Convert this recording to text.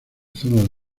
zonas